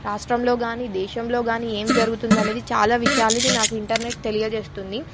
రాష్ట్రంలో కానీ దేశంలో కానీ ఏమి జరుగుతుంది అనేది చాలా విషయాలని నాకు ఇంటర్నెట్ తెలియజేస్తుంది